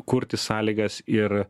kurti sąlygas ir